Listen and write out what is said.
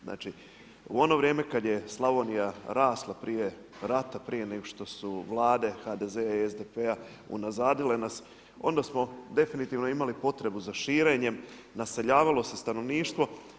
Znači u ono vrijeme kad je Slavonija rasla prije rata, prije nego što su Vlade HDZ-a i SDP-a unazadile nas, onda smo definitivno imali potrebu za širenjem, naseljavalo se stanovništvo.